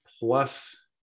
plus